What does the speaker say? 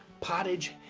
pottage,